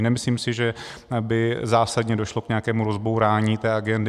Nemyslím si, že by zásadně došlo k nějakému rozbourání té agendy.